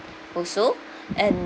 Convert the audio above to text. also and